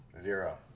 Zero